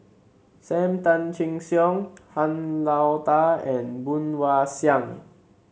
Sam Tan Chin Siong Han Lao Da and Woon Wah Siang